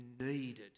needed